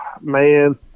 man